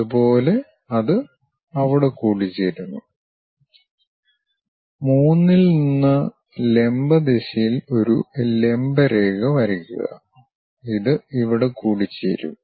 അതുപോലെ അത് അവിടെ കൂടിച്ചേരുന്നു 3 ഇല് നിന്ന് ലംബ ദിശയിൽ ഒരു ലംബ രേഖ വരക്കുക ഇത് ഇവിടെ കൂടിച്ചേരും